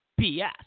BS